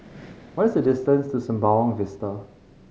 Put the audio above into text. what is the distance to Sembawang Vista